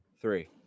three